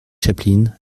chaplin